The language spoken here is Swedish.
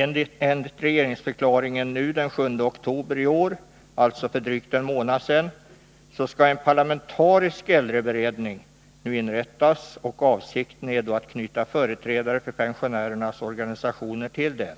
Enligt regeringsförklaringen av den 7 oktober i år — alltså för drygt en månad sedan — skall en parlamentarisk äldreberedning inrättas. Avsikten är att knyta företrädare för pensionärernas organisationer till denna.